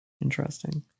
Interesting